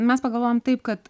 mes pagalvojom taip kad